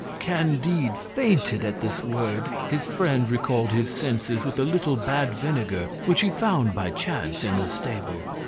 candide fainted at this word his friend recalled his senses with a little bad vinegar which he found by chance in the stable.